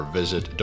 visit